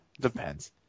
Depends